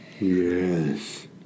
Yes